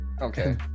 Okay